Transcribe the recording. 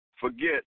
forget